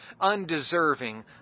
undeserving